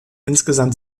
insgesamt